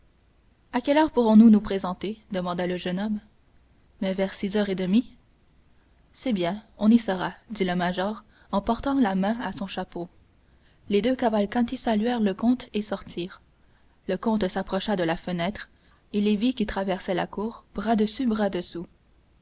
à quelle heure pourrons-nous nous présenter demanda le jeune homme mais vers six heures et demie c'est bien on y sera dit le major en portant la main à son chapeau les deux cavalcanti saluèrent le comte et sortirent le comte s'approcha de la fenêtre et les vit qui traversaient la cour bras dessus bras dessous